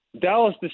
Dallas